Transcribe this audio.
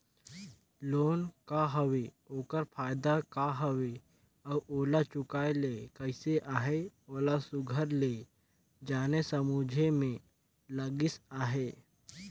loan का हवे ओकर फएदा का हवे अउ ओला चुकाए ले कइसे अहे ओला सुग्घर ले जाने समुझे में लगिस अहे